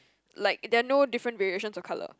like there are no different variations of colour